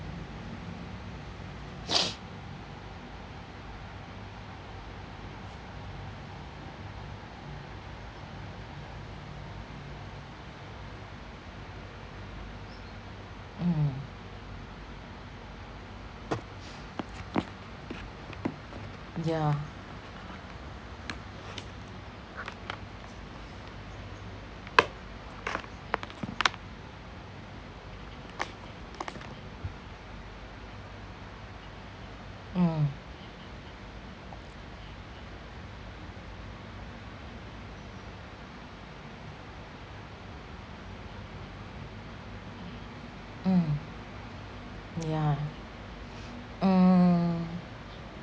mm yeah mm mm yeah mm